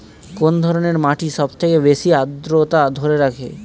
কোন ধরনের মাটি সবথেকে বেশি আদ্রতা ধরে রাখে?